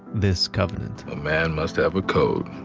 this covenant a man must have a code,